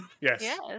yes